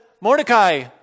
Mordecai